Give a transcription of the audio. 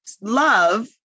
love